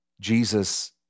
Jesus